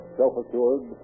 self-assured